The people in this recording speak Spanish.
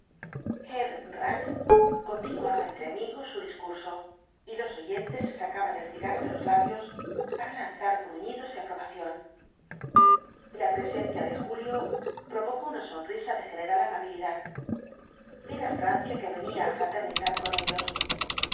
continuaba entre amigos su discurso y los oyentes se sacaban el cigarro de los labios para lanzar gruñidos de aprobación la presencia de los guatko jnktb dhl apocalipsis julio provocó una sonrisa de general amabilidad era francia que venía á fraternizar con ellos